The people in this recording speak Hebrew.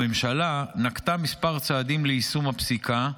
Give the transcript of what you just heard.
הממשלה נקטה כמה צעדים ליישום הפסיקה,